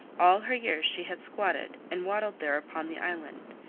all her years she had squatted and waddled there upon the island,